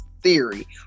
theory